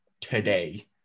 today